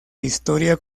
historia